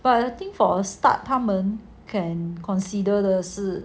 but the thing for a start 他们 can consider 的是